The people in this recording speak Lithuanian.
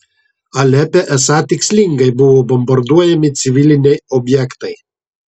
alepe esą tikslingai buvo bombarduojami civiliniai objektai